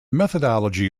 methodology